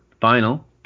final